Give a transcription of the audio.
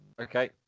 Okay